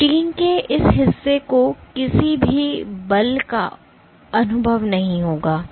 तो प्रोटीन के इस हिस्से को किसी भी बल का अनुभव नहीं होगा